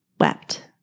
wept